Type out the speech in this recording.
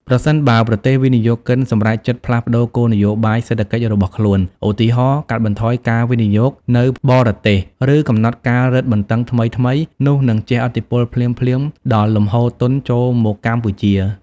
ប្រសិនបើប្រទេសវិនិយោគិនសម្រេចចិត្តផ្លាស់ប្តូរគោលនយោបាយសេដ្ឋកិច្ចរបស់ខ្លួន ឧទាហរណ៍ កាត់បន្ថយការវិនិយោគនៅបរទេស ឬកំណត់ការរឹតបន្តឹងថ្មីៗ នោះនឹងជះឥទ្ធិពលភ្លាមៗដល់លំហូរទុនចូលមកកម្ពុជា។